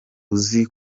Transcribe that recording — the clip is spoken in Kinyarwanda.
uzi